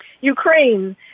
Ukraine